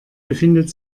befindet